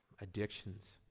Addictions